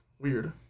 weird